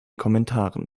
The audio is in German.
kommentaren